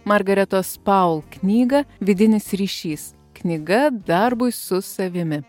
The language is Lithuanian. margaretos paul knygą vidinis ryšys knyga darbui su savimi